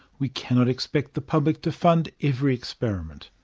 we cannot expect the public to fund every experiment